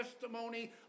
testimony